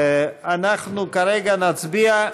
אנחנו כרגע נצביע,